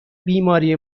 بیماری